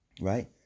right